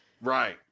Right